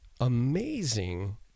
amazing